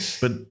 But-